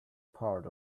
part